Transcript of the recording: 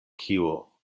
kio